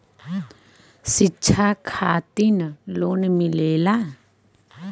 शिक्षा खातिन लोन मिलेला?